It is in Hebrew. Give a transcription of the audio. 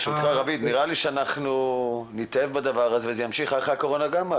רביד נראה לי שנתאהב בדבר הזה וזה ימשיך גם הלאה אחרי הקורונה.